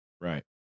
Right